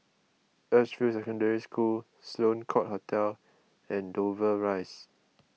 Edgefield Secondary School Sloane Court Hotel and Dover Rise